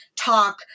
talk